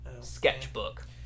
sketchbook